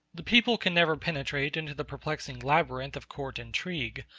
the people can never penetrate into the perplexing labyrinth of court intrigue,